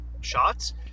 shots